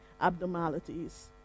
abnormalities